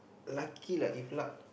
lucky lah if luck